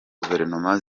guverinoma